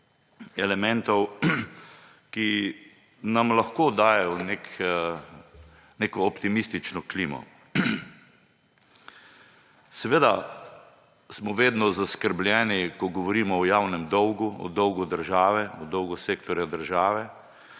elementov, ki nam lahko dajejo neko optimistično klimo. Seveda smo vedno zaskrbljeni, ko govorimo o javnem dolgu, o dolgu države, o dolgu sektorja država.